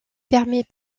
permet